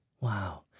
Wow